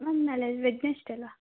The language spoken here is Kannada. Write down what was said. ಮ್ಯಾಮ್ ನಾಳೆ ವೆಡ್ನಸ್ಡೇ ಅಲ್ವಾ